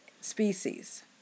species